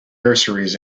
nurseries